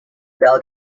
bell